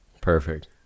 Perfect